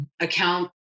account